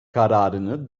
kararını